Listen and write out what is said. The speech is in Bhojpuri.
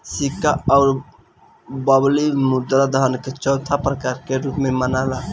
सिक्का अउर बबली मुद्रा धन के चौथा प्रकार के रूप में मनाला